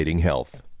health